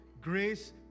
grace